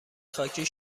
خاکی